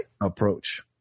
approach